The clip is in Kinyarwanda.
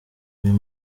uyu